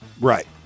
Right